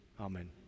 Amen